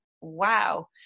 wow